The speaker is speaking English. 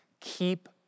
keep